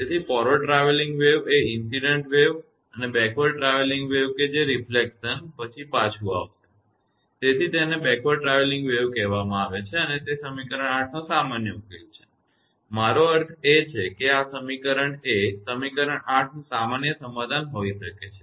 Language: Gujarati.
તેથી ફોરવર્ડ ટ્રાવેલીંગ વેવ એ ઇન્સીડન્ટ વેવ છે અને બેકવર્ડ ટ્રાવેલીંગ વેવ કે જે રિફલેકશન પછી પાછુ આવશે તેથી તેને બેકવર્ડ ટ્રાવેલીંગ વેવ કહેવામાં આવે છે અને તે સમીકરણ 8 નો સામાન્ય ઉકેલ છે મારો અર્થ એ છે કે આ સમીકરણ એ સમીકરણ 8 નું સામાન્ય સમાધાન હોઈ શકે છે